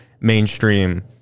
mainstream